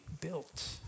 built